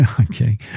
Okay